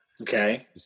Okay